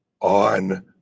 on